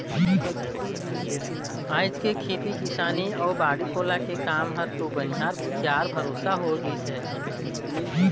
आयज के खेती किसानी अउ बाड़ी कोला के काम हर तो बनिहार भूथी यार भरोसा हो गईस है